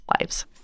lives